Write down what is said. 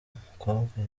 umukobwa